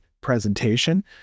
presentation